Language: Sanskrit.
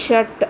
षट्